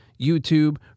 YouTube